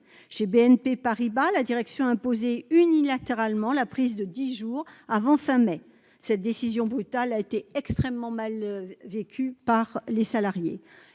Chez BNP Paribas, la direction a imposé unilatéralement la prise de dix jours avant fin mai. Cette décision brutale a été extrêmement mal vécue par les salariés.